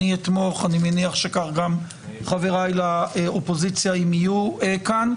אני אתמוך ואני מניח שגם חבריי לאופוזיציה אם יהיו כאן,